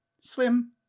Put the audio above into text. swim